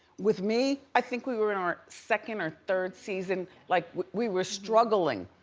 with me, i think we were in our second or third season. like we were struggling.